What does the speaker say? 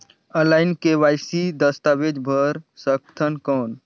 Online KYC दस्तावेज भर सकथन कौन?